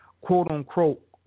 quote-unquote